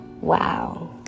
Wow